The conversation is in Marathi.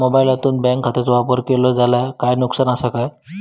मोबाईलातसून बँक खात्याचो वापर केलो जाल्या काय नुकसान असा काय?